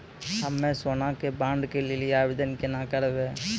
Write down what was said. हम्मे सोना के बॉन्ड के लेली आवेदन केना करबै?